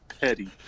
petty